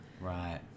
right